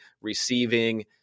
receiving